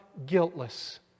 guiltless